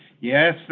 Yes